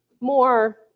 more